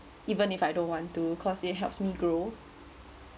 even if I don't want to cause it helps me grow